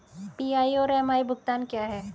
PI और MI भुगतान क्या हैं?